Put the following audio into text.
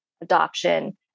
adoption